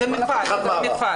זה מפעל.